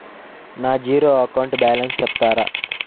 నా zero account balance సెప్తారా?